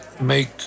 make